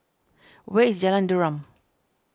where is Jalan Derum